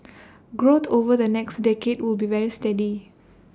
growth over the next decade will be very steady